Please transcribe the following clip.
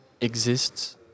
exists